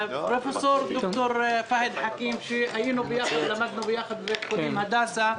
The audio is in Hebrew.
ד"ר פאיד חכים, שלמדנו יחד בבית החולים הדסה.